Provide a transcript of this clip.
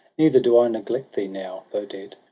neither do i neglect thee now, though dead.